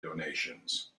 donations